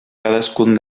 cadascun